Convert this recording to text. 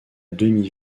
demi